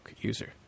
user